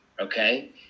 okay